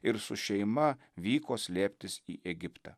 ir su šeima vyko slėptis į egiptą